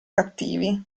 cattivi